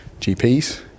GPs